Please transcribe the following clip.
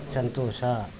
ಸಂತೋಷ